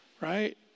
right